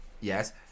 Yes